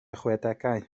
chwedegau